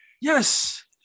yes